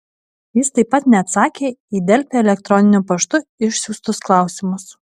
jis taip pat neatsakė į delfi elektroniniu paštu išsiųstus klausimus